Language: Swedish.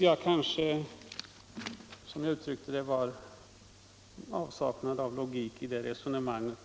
Jag anser — 20 mars 1975